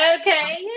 Okay